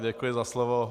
Děkuji za slovo.